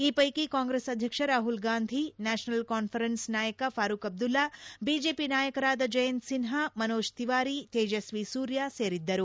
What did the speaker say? ಈ ವೈಕಿ ಕಾಂಗ್ರೆಸ್ ಅಧ್ಯಕ್ಷ ರಾಹುಲ್ ಗಾಂಧಿ ನ್ಯಾಷನಲ್ ಕಾನ್ವೆರೆನ್ಸ್ ನಾಯಕ ಫಾರೂಕ್ ಅಬ್ದುಲ್ಲಾ ಬಿಜೆಪಿ ನಾಯಕರಾದ ಜಯಂತ್ ಸಿನ್ಟಾ ಮನೋಜ್ ತಿವಾರಿ ತೇಜಸ್ವಿ ಸೂರ್ಯ ಸೇರಿದ್ದರು